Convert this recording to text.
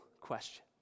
question